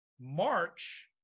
March